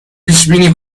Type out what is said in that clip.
پیشبینی